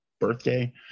birthday